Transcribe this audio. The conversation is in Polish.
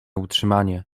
utrzymanie